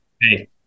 Hey